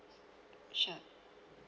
sure